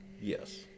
Yes